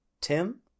Tim